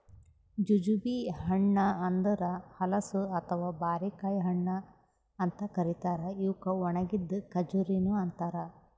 jujube ಹಣ್ಣ ಅಂದುರ್ ಹಲಸು ಅಥವಾ ಬಾರಿಕಾಯಿ ಹಣ್ಣ ಅಂತ್ ಕರಿತಾರ್ ಇವುಕ್ ಒಣಗಿದ್ ಖಜುರಿನು ಅಂತಾರ